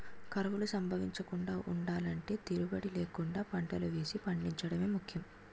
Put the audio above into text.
కరువులు సంభవించకుండా ఉండలంటే తీరుబడీ లేకుండా పంటలు వేసి పండించడమే ముఖ్యం